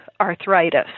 arthritis